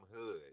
hood